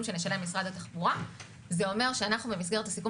שנשלם למשרד התחבורה זה אומר שאנחנו במסגרת הסיכום